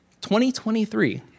2023